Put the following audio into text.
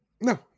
No